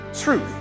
truth